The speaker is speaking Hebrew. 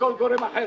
וכל גורם אחר,